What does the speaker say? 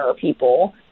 people